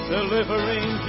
Delivering